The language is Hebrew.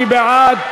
מי בעד?